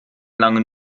langen